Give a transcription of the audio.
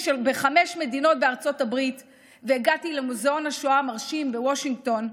בחמש מדינות בארצות הברית והגעתי למוזיאון השואה המרשים בוושינגטון,